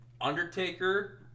Undertaker